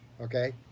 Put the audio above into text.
okay